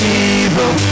evil